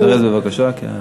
תזדרז בבקשה.